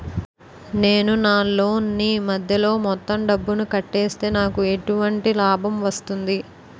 నేను నా లోన్ నీ మధ్యలో మొత్తం డబ్బును కట్టేస్తే నాకు ఎటువంటి లాభం వస్తుంది?